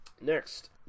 next